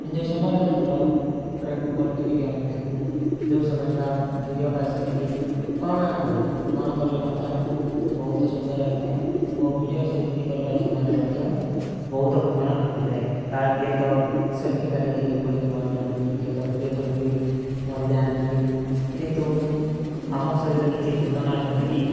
ଯେଉଁ ସମୟରେ ଆମେ ଟ୍ରକ୍ ଟ୍ରକ୍ ଉପରେ ଚଢ଼ିକି ଆମେ ଦେଖୁ ଯେଉଁ ସମୟରେ ବା ଭିଡ଼ିଓ ବା ସେଲଫି କ'ଣ କରୁ କ'ଣ କଲେ ମଧ୍ୟ ଆମକୁ ବହୁତ ସୁନ୍ଦର ଆସିଥାଏ ଓ ଭିଡ଼ିଓ ସେଲଫି କରିବା ସମୟରେ ମଧ୍ୟ ବହୁତ ଘଟଣା ଘଟିଥାଏ କିଏ ତ ସେଲଫି କାଢ଼ି ଯାଇକି ପଡ଼ିକି ମରିଯାଆନ୍ତି କିଏ ତ ଭିଡ଼ିଓ କରିକି ମରିଯାଆନ୍ତି କିନ୍ତୁ ଆମ ସହିତ କିଛି ଘଟଣା ଘଟିନି